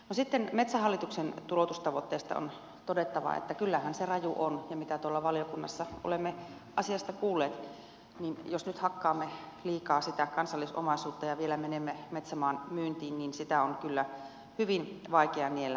sitten metsähallituksen tuloutustavoitteesta on todettava että kyllähän se raju on ja mitä tuolla valiokunnassa olemme asiasta kuulleet niin jos nyt hakkaamme liikaa sitä kansallisomaisuutta ja vielä menemme metsämaan myyntiin niin sitä on kyllä hyvin vaikea niellä